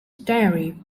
diary